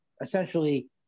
Essentially